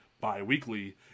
bi-weekly